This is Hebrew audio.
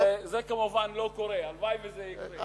זה, כמובן, לא קורה, הלוואי שזה יקרה.